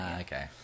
Okay